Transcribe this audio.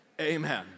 Amen